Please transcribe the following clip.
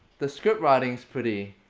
the scriptwriting's pretty.